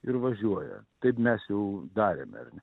ir važiuoja taip mes jau darėme ar ne